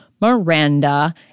Miranda